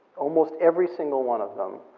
almost every single one of them,